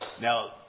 Now